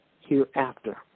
hereafter